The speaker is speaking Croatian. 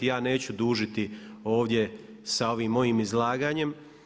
Ja neću dužiti ovdje s ovim mojim izlaganjem.